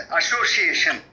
association